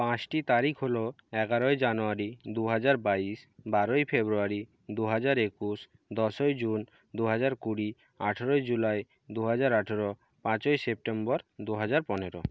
পাঁচটি তারিখ হলো এগারোই জানুয়ারি দু হাজার বাইশ বারোই ফেব্রুয়ারি দু হাজার একুশ দশই জুন দু হাজার কুড়ি আঠারোই জুলাই দু হাজার আঠারো পাঁচই সেপ্টেম্বর দু হাজার পনেরো